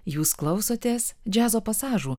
jūs klausotės džiazo pasažų